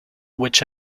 which